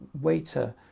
waiter